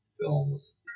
films